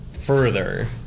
further